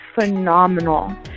phenomenal